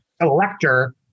elector